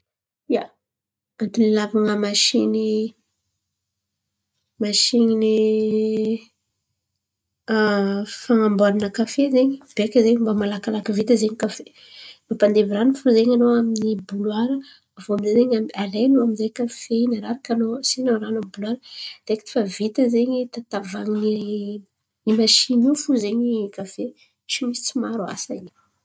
Ia, antony masiny masiny fan̈aboaran̈a kafe zen̈y. Beka zen̈y malakilaky vita zen̈y kafe mampadevy ran̈o fo zen̈y anô amin’ny boloara; aviô amizay ze alainô amizay ze kafe kafe in̈y araraka ao asian̈a ran̈o amin’ny boloara direkity fa vita zen̈y tavan̈iny masiny io fo zen̈y kafe tsy maro asa eky.